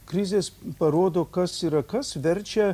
krizės parodo kas yra kas verčia